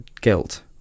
guilt